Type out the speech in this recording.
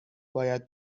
باید